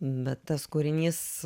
bet tas kūrinys